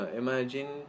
imagine